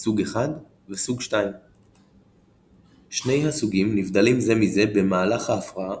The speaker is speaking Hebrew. סוג I וסוג II. שני הסוגים נבדלים זה מזה במהלך ההפרעה,